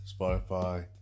Spotify